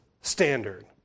standard